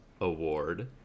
award